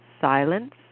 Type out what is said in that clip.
silence